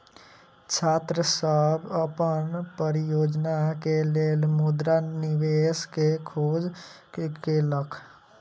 छात्र सभ अपन परियोजना के लेल मुद्रा निवेश के खोज केलक